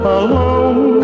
alone